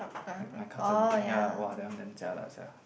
like my cousin ya !wah! that one damn jialat sia